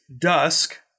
dusk